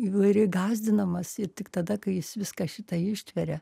įvairi gąsdinamas ir tik tada kai jis viską šitą ištveria